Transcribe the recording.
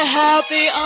happy